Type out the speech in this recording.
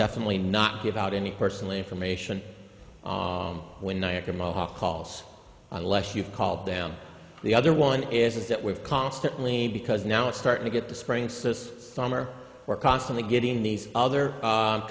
definitely not give out any personal information when niagara mohawk calls unless you call them the other one is that we've constantly because now it's starting to get the spring so as summer we're constantly getting these other